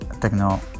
techno